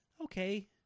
Okay